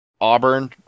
Auburn